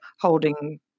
holding